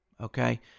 okay